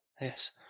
Yes